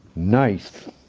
nice.